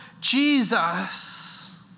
Jesus